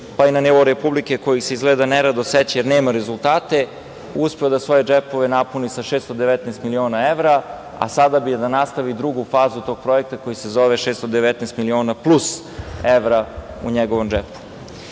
pa i na nivou Republike, kojih se izgleda nerado seća jer nema rezultate, uspeo da svoje džepove napuni sa 619 miliona evra, a sada bi da nastavi drugu fazu tog projekta koji se zove 619 miliona plus evra u njegovom